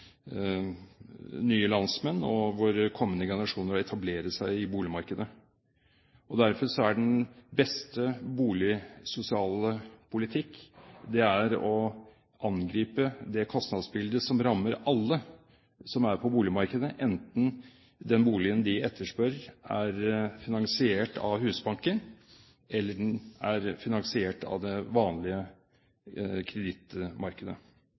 kommende generasjoner, å etablere seg i boligmarkedet. Derfor er den beste boligsosiale politikk å angripe det kostnadsbildet som rammer alle som er på boligmarkedet, enten den boligen de etterspør, er finansiert av Husbanken, eller den er finansiert av det vanlige kredittmarkedet.